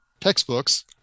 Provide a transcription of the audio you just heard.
textbooks